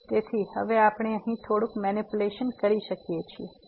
તેથી હવે આપણે અહીં થોડુંક મેનીપ્યુલેશન્સ કરી શકીએ છીએ